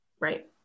Right